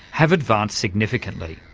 have advanced significantly.